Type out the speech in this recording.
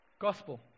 Gospel